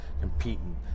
competing